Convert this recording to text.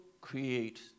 create